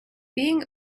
being